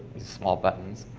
small buttons